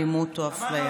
אלימות או אפליה.